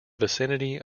vicinity